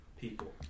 people